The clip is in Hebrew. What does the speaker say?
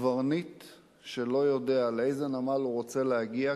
קברניט שלא יודע לאיזה נמל הוא רוצה להגיע,